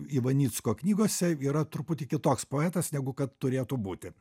ivanicko knygose yra truputį kitoks poetas negu kad turėtų būti